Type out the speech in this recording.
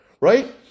Right